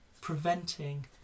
preventing